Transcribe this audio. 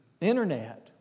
Internet